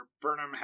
Burnham